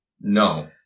No